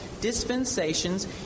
dispensations